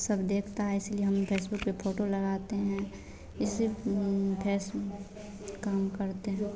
सब देखता है इसलिए हम फ़ेसबुक पर फ़ोटो लगाते हैं इसी फेस काम करते हैं